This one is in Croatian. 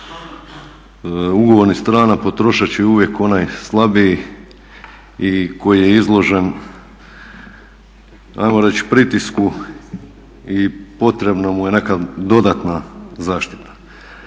ugovornih strana potrošač je uvijek onaj slabiji i koji je izložen ajmo reći pritisku i potrebna mu je neka dodatna zaštita.